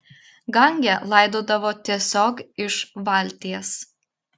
gange laidodavo tiesiog iš valties